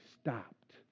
stopped